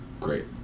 Great